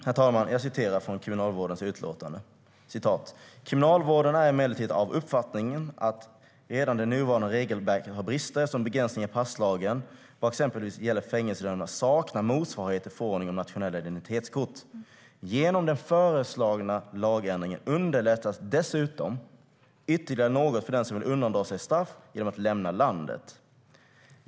Herr talman! Jag citerar från Kriminalvårdens utlåtande: "Kriminalvården är emellertid av uppfattningen att redan det nuvarande regelverket har brister, eftersom begränsningarna i passlagen vad exempelvis gäller fängelsedömda saknar motsvarighet i förordningen om nationella identitetskort. Genom den föreslagna lagändringen underlättas dessutom ytterligare något för den som vill undandra sig straff genom att lämna landet.